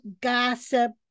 gossip